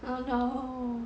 oh no